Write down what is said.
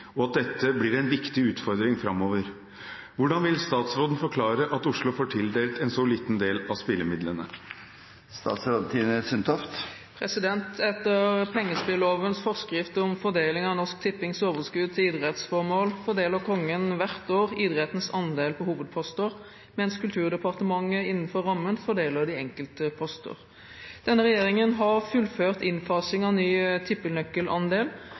og at dette blir en viktig utfordring framover. Hvordan vil statsråden forklare at Oslo får tildelt en så liten del av spillemidlene?» Etter pengespillovens forskrift om fordeling av Norsk Tippings overskudd til idrettsformål fordeler Kongen hvert år idrettens andel på hovedposter, mens Kulturdepartementet innenfor rammen fordeler de enkelte poster. Denne regjeringen har fullført innfasing av ny tippenøkkelandel,